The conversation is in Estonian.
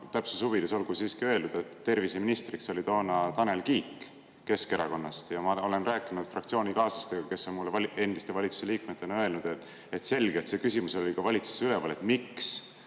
Täpsuse huvides olgu siiski öeldud, et terviseministriks oli toona Tanel Kiik Keskerakonnast. Ma olen rääkinud fraktsioonikaaslastega, kes on mulle endiste valitsuse liikmetena öelnud, et see küsimus oli ka valitsuses üleval, miks